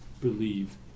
believe